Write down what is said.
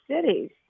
cities